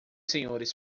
senhores